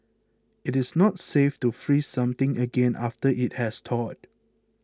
it is not safe to freeze something again after it has thawed